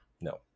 no